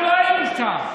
אנחנו לא היינו שם.